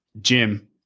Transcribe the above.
Jim